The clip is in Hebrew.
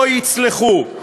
לא יצלחו.